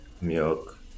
milk